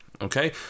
Okay